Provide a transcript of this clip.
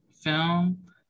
film